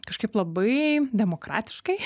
kažkaip labai demokratiškai